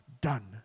done